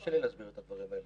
תרשי לי להסביר את הדברים האלה,